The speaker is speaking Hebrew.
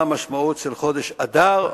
מה המשמעות של חודש אדר,